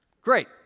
Great